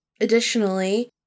Additionally